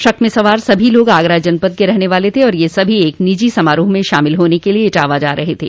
truck में सवार लोग आगरा जनपद के रहने वाले थे और ये सभी एक निजी समारोह में शामिल होने के लिए इटावा जा रहे थे